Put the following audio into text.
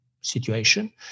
situation